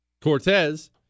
Cortez